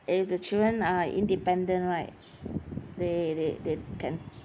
if the children are independent right they they they can